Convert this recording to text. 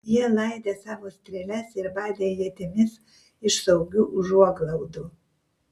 jie laidė savo strėles ir badė ietimis iš saugių užuoglaudų